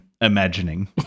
Imagining